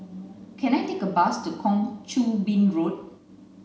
can I take a bus to Kang Choo Bin Road